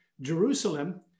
jerusalem